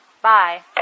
Bye